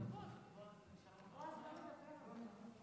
ברכות לסגן היושב-ראש הטרי.